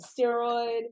steroid